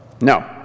No